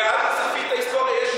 ואל תסלפי את ההיסטוריה.